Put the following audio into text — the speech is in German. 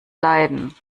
leiden